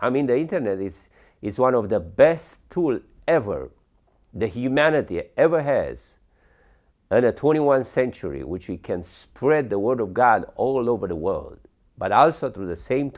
i mean the internet this is one of the best tool ever the humanity ever has under twenty one century which you can spread the word of god all over the world but also to the same